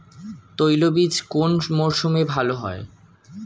তৈলবীজ কোন মরশুমে ভাল হয়?